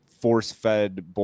force-fed